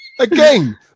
Again